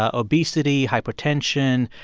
ah obesity, hypertension,